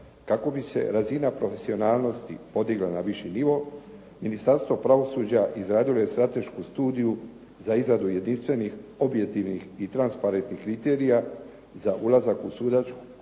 kako bi se razina profesionalnosti podigla na viši nivo, Ministarstvo pravosuđa izradilo je stratešku studiju za izradu jedinstvenih, objektivnih i transparentnih kriterija za ulazak u sudačku